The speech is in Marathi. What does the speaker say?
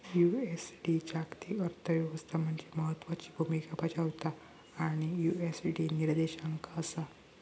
यु.एस.डी जागतिक अर्थ व्यवस्था मध्ये महत्त्वाची भूमिका बजावता आणि यु.एस.डी निर्देशांक असा